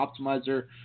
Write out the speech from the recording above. optimizer